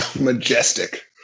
Majestic